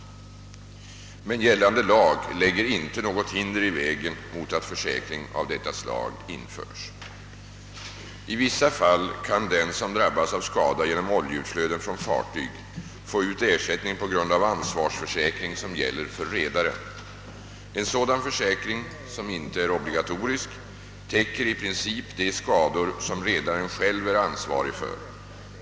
Men gällande lag lägger inte något hinder i vägen mot att försäkring av detta slag införs. I vissa fall kan den som drabbas av skada genom oljeutflöden från fartyg få ut ersättning på grund av ansvarsförsäkring som gäller för redaren. En sådan försäkring — som inte är obligatorisk — täcker i princip de skador som redaren själv är ansvarig för.